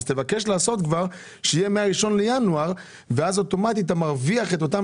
תבקש שזה יהיה מה-1 בינואר ואז אוטומטית אתה מרוויח את אותם